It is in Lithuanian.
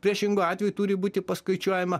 priešingu atveju turi būti paskaičiuojama